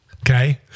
Okay